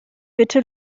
bitte